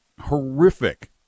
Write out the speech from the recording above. horrific